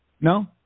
No